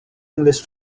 english